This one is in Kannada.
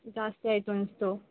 ಜಾಸ್ತಿ ಆಯಿತು ಅನ್ನಿಸ್ತು